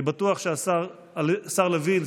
אני בטוח שהשר לוין,